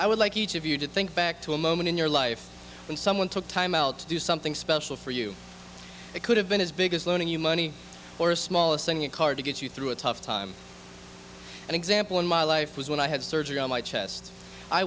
i would like each of you to think back to a moment in your life when someone took time out to do something special for you it could have been his biggest loaning you money or a small acing a car to get you through a tough time an example in my life was when i had surgery on my chest i